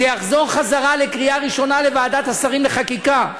זה יחזור חזרה לקריאה ראשונה לוועדת השרים לחקיקה.